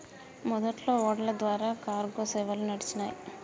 మొదట్లో ఓడల ద్వారా కార్గో సేవలు నడిచినాయ్